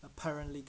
apparently